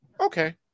okay